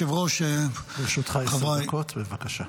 לרשותך עשר דקות, בבקשה.